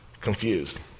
confused